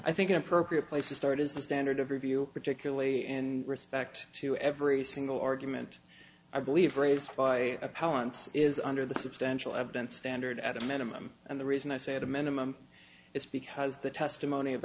i think an appropriate place to start is the standard of review particularly and respect to every single argument i believe raised by opponents is under the substantial evidence standard at a minimum and the reason i say at a minimum is because the testimony of